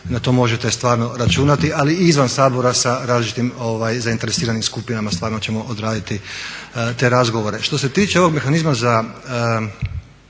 na to možete stvarno računati. Ali i izvan Sabora sa različitim zainteresiranim skupinama stvarno ćemo odraditi te razgovore. Što se tiče ovog mehanizma za